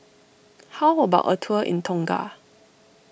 how about a tour in Tonga